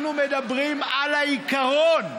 אנחנו מדברים על העיקרון.